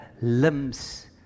limbs